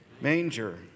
manger